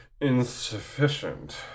insufficient